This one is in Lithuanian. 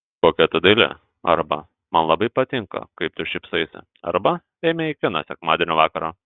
kokia tu daili arba man labai patinka kaip tu šypsaisi arba eime į kiną sekmadienio vakarą